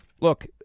Look